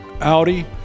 Audi